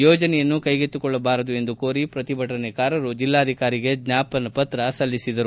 ಯೋಜನೆಯನ್ನು ಕೈಗೆತ್ತಿಕೊಳ್ಳಬಾರದು ಎಂದು ಕೋರಿ ಪ್ರತಿಭಟನಾಕಾರರು ಜಿಲ್ಲಾಧಿಕಾರಿಗಳಗೆ ಜ್ವಾಪನಪತ್ರ ಸಲ್ಲಿಸಿದರು